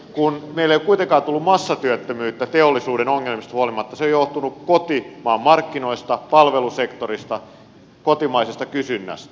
kun meillä ei ole kuitenkaan tullut massatyöttömyyttä teollisuuden ongelmista huolimatta se on johtunut kotimaan markkinoista palvelusektorista kotimaisesta kysynnästä